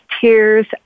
Tears